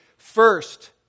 first